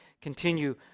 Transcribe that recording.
continue